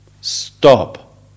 stop